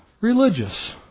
religious